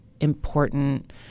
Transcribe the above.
important